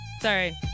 Sorry